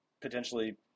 potentially